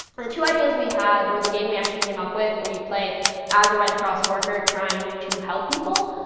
the two ideas we had were the game we actually came up with, where you play as a red cross worker trying to help people.